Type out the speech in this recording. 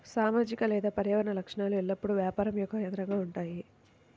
సామాజిక లేదా పర్యావరణ లక్ష్యాలు ఎల్లప్పుడూ వ్యాపారం యొక్క కేంద్రంగా ఉంటాయి